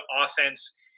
offense